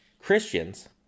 Christians